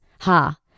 Ha